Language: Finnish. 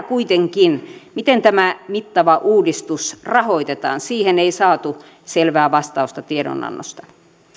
kuitenkin miten tämä mittava uudistus rahoitetaan siihen ei saatu selvää vastausta tiedonannosta